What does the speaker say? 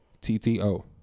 T-T-O